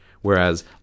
Whereas